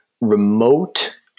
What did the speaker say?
remote